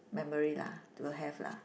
memory lah to have lah